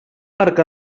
marc